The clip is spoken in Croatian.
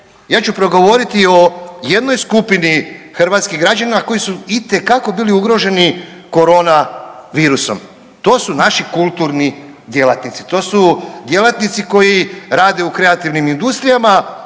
Ja ću progovoriti o jednoj skupini hrvatskih građana koji su itekako bili ugroženi koronavirusom. To su naši kulturni djelatnici, to su djelatnici koji rade u kreativnim industrijama,